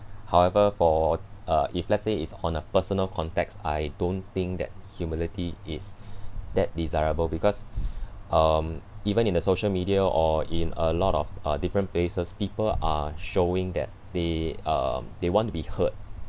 however for uh if let's say it's on a personal context I don't think that humility is that desirable because um even in the social media or in a lot of uh different places people are showing that they um they want to be heard